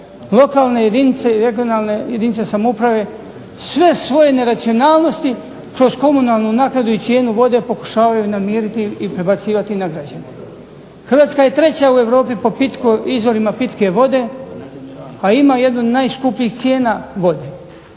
Lokalne jedinice i regionalne jedinice samouprave sve svoje neracionalnosti kroz komunalnu naknadu i cijenu vode pokušavaju namiriti i prebacivati na građane. Hrvatska je treća u Europi po izvorima pitke vode, a ima jednu od najskupljih cijena vode.